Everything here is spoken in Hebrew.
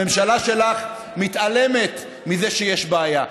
הממשלה שלך מתעלמת מזה שיש בעיה.